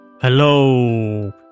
Hello